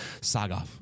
Saga